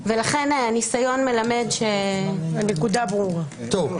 דבר אחרון